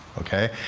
ok?